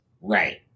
right